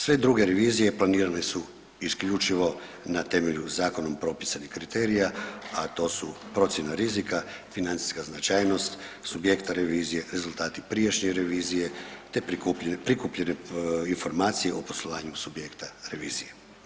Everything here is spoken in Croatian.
Sve druge revizije planirane su isključivo na temelju zakonom propisanih kriterija, a to su procjena rizika, financijska značajnost subjekta revizije, rezultati prijašnje revizije, te prikupljene informacije o poslovanju subjekta revizije.